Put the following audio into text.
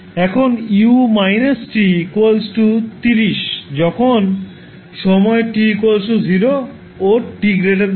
এখন u−t 30 যখন সময় t0 ও t0